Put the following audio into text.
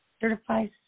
certifies